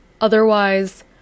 Otherwise